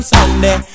Sunday